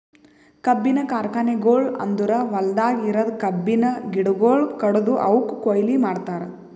ಕಬ್ಬಿನ ಕಾರ್ಖಾನೆಗೊಳ್ ಅಂದುರ್ ಹೊಲ್ದಾಗ್ ಇರದ್ ಕಬ್ಬಿನ ಗಿಡಗೊಳ್ ಕಡ್ದು ಅವುಕ್ ಕೊಯ್ಲಿ ಮಾಡ್ತಾರ್